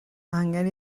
angen